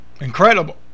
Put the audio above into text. Incredible